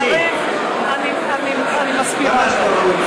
יריב, אני מסבירה לו,